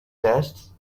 tests